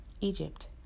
Egypt